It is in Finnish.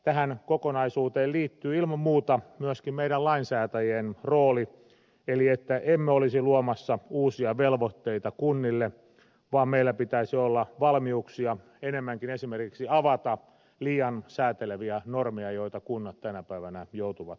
tähän kokonaisuuteen liittyy ilman muuta myöskin se meidän lainsäätäjien rooli että emme olisi luomassa uusia velvoitteita kunnille vaan meillä pitäisi olla valmiuksia enemmänkin esimerkiksi avata liian sääteleviä normeja joita kunnat tänä päivänä joutuvat noudattamaan